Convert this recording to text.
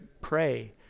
pray